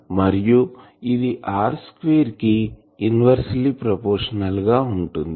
మరియు ఇది r2 కి ఇన్వెర్సిలీ ప్రొపోర్షనల్ గా ఉంటుంది